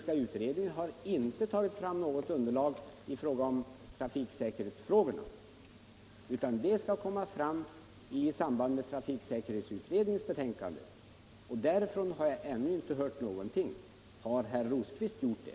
Den utredningen har inte tagit fram något underlag när det gäller trafiksäkerhetsfrågorna. De aspekterna skall komma fram i samband med wrafiksäkerhetsutredningens betänkande. Och från den utredningen har jag ännu inte hört någonting. Har herr Rosqvist gjort det?